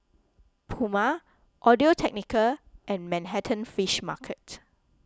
Puma Audio Technica and Manhattan Fish Market